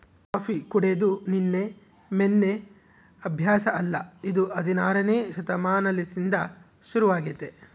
coffee ಕುಡೆದು ನಿನ್ನೆ ಮೆನ್ನೆ ಅಭ್ಯಾಸ ಅಲ್ಲ ಇದು ಹದಿನಾರನೇ ಶತಮಾನಲಿಸಿಂದ ಶುರುವಾಗೆತೆ